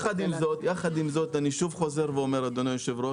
יחד עם זאת, אני שוב חוזר ואומר אדוני היושב ראש